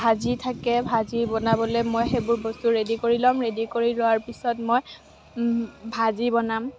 ভাজি থাকে ভাজি বনাবলৈ মই সেইবোৰ বস্তু ৰেডি কৰি ল'ম ৰেডি কৰি লোৱাৰ পিছত মই ভাজি বনাম